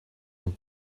and